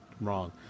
wrong